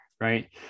right